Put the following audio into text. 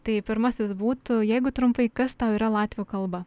tai pirmasis būtų jeigu trumpai kas tau yra latvių kalba